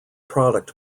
product